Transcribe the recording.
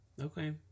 Okay